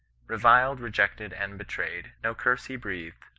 beviled, rejected, and betrayed. no corse he breathed,